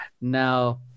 now